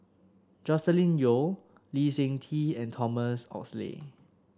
Joscelin Yeo Lee Seng Tee and Thomas Oxley